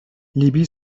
لیبی